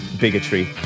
bigotry